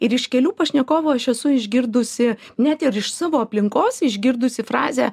ir iš kelių pašnekovų aš esu išgirdusi net ir iš savo aplinkos išgirdusi frazę